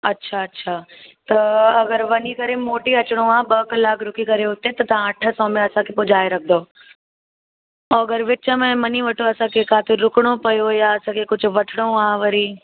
अच्छा अच्छा त अगरि वञी करे मोटी अचिणो आहे ॿ कलाक रुकी करे हुते त तव्हां अठ सौ में असांखे पुॼाए रखंदव और अगरि विच में मञी वठो असांखे किथे रुकिणो पयो या असांखे कुझु वठिणो आहे वरी